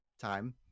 time